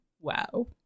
wow